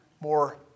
more